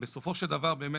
בסופו של דבר באמת,